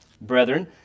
brethren